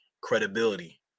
credibility